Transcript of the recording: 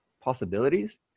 possibilities